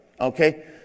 Okay